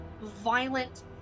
violent